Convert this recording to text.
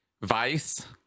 vice